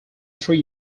three